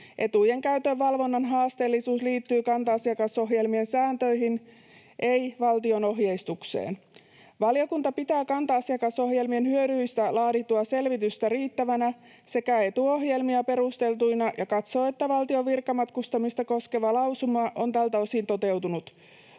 Etujen käytön valvonnan haasteellisuus liittyy kanta-asiakasohjelmien sääntöihin, ei valtion ohjeistukseen. Valiokunta pitää kanta-asiakasohjelmien hyödyistä laadittua selvitystä riittävänä sekä etuohjelmia perusteltuina ja katsoo, että valtion virkamatkustamista koskeva lausuma on tältä osin toteutunut.